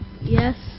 Yes